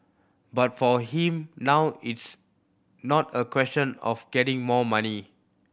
but for him now it's not a question of getting more money